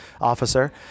officer